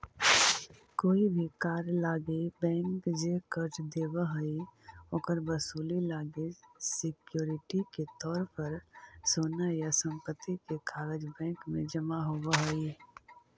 कोई भी कार्य लागी बैंक जे कर्ज देव हइ, ओकर वसूली लागी सिक्योरिटी के तौर पर सोना या संपत्ति के कागज़ बैंक में जमा होव हइ